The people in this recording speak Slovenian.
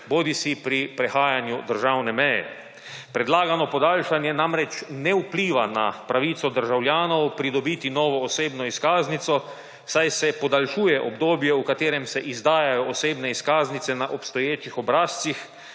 bodisi pri prehajanju državne meje. Predlagano podaljšanje namreč ne vpliva na pravico državljanov pridobiti novo osebno izkaznico, saj se podaljšuje v obdobju, v katerem se izdajajo osebne izkaznice na obstoječih obrazcih